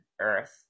earth